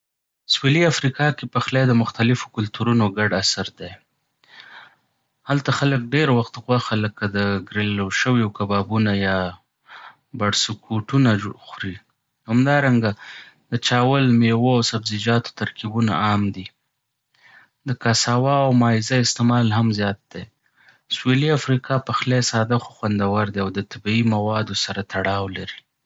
سویلي افریقا کې پخلی د مختلفو کلتورونو ګډ اثر دی. هلته خلک ډیر وخت غوښه لکه ګریلو شوي کبابونه یا بړسکوټونه خوري. همدارنګه، د چاول، میوو او سبزیجاتو ترکیبونه عام دي. د کاساوا او مایزه استعمال هم زیات دی. سویلي افریقا پخلی ساده خو خوندور دی او د طبیعي موادو سره تړاو لري.